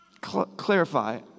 Clarify